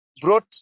brought